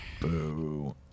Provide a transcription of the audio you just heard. Boo